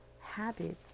habits